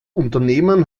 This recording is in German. unternehmen